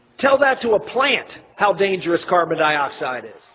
tell that to a plant, how dangerous carbon dioxide is.